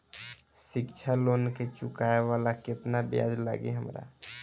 शिक्षा लोन के चुकावेला केतना ब्याज लागि हमरा?